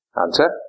answer